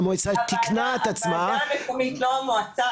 אתה נדמה לי חמישי ברשימה.